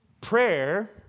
Prayer